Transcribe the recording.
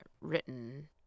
written